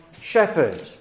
shepherd